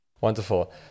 Wonderful